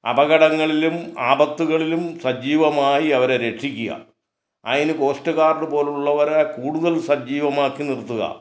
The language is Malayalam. അപകടങ്ങളിലും ആപത്തുകളിലും സജീവമായി അവരെ രക്ഷിക്കുക അതിന് കോസ്റ്റ് ഗാർഡ് പോലുള്ളവരെ കൂടുതൽ സജ്ജീവമാക്കി നിർത്തുക